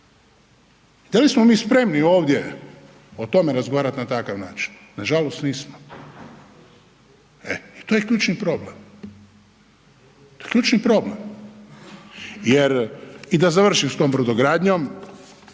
Da li smo mi spremni ovdje o tome razgovarati na takav način? Nažalost nismo i to je ključni problem. To je ključni problem jer i da završim s tom brodogradnjom